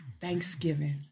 Thanksgiving